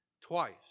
Twice